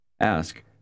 Ask